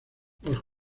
los